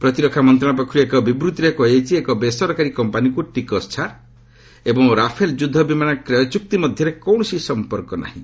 ପ୍ରତିରକ୍ଷା ମନ୍ତ୍ରଣାଳୟ ପକ୍ଷରୁ ଏକ ବିବୃତ୍ତିରେ କୁହାଯାଇଛି ଏକ ବେସରକାରୀ କମ୍ପାନୀକ୍ ଟିକସ ଛାଡ଼ ଏବଂ ରାଫେଲ୍ ଯୁଦ୍ଧ ବିମାନ କ୍ରୟ ଚୁକ୍ତି ମଧ୍ୟରେ କୌଣସି ସମ୍ପର୍କ ନାହିଁ